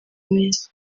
minsi